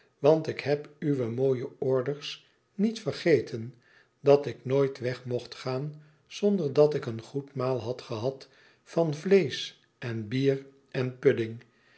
want ik heb uwe mooie orders niet vergeten dat ik nooit weg mocht gaan zonder dat ik een goed maal had gehad van vleesch en bier en pudding